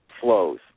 flows